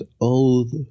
old